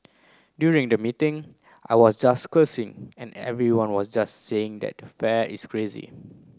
during the meeting I was just cursing and everyone was just saying that the fare is crazy